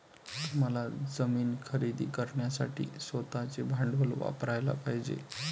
तुम्हाला जमीन खरेदी करण्यासाठी स्वतःचे भांडवल वापरयाला पाहिजे